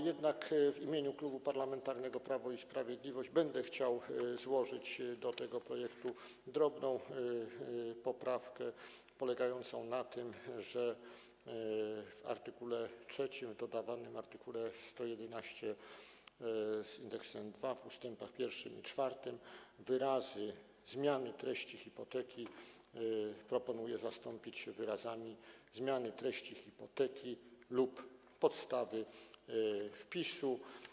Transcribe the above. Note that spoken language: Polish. Jednak w imieniu Klubu Parlamentarnego Prawo i Sprawiedliwość będę chciał złożyć do tego projektu drobną poprawkę polegającą na tym, że w art. 3 w dodawanym art. 111 w ust. 1 i 4 wyrazy „zmiany treści hipoteki” proponuję zastąpić wyrazami „zmiany treści hipoteki lub podstawy wpisu”